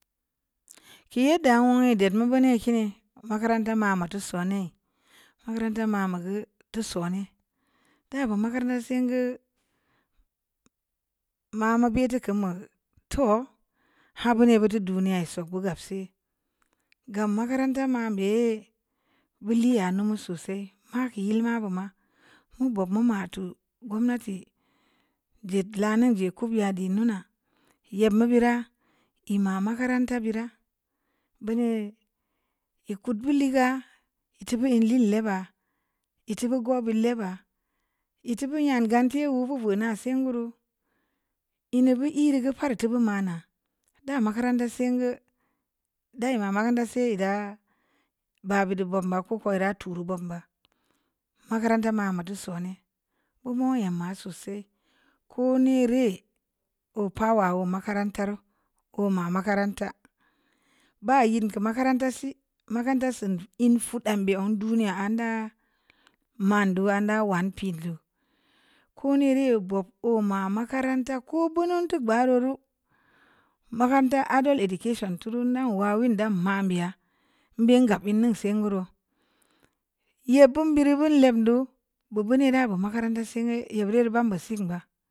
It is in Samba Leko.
Kii yəddə wu'un dər nu bane kiri makaranta də bu makara senga mamu pii tim mə gə too habu ni gətu duniya sub gə gab si gam makaranta məm ba'a wu'ul liya nu mu sosai ma ki yilma buma ogbo bumatu gomnati jid lanin jiku ladi nuna nyem bu birə ən mə makaranta birə bughe iku buli ga itubu ən le'lebə'a i tubu gobə le'ba'a itubu yangan te ‘o’ voo vo na sin reu lnu bu'i’ lni gə pat mana də makaranta senga’ dima makaranta sai də ba bədu mangə ko korə tu ru banba makaranta ma mə du sone’ kumu nyema sosai ko ni reu ‘o’ pa wa'un makarantarau koma makaranta bə ‘i’ makaranta si makaranta sun in fu dəm mbe nduniya nda maŋ du'a də wan pii do ko nireu boo ma makaranta ku bunu tu bə arorə makaranta adult education turu nun wa win də man mbi'a mbe gəp nnen sengeureu nyebo mbireu lemdo bubu nnen rə bu makaranta sengə ən biri ba bum singmba.